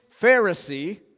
Pharisee